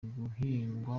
guhingwa